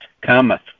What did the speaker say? cometh